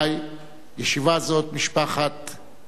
ישיבה זאת, משפחת זאבי,